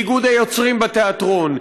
באיגוד היוצרים בתיאטרון,